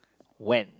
when